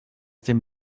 dem